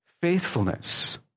faithfulness